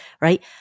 right